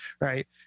right